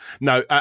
no